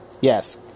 Yes